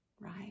right